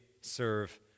serve